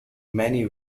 many